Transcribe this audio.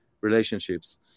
relationships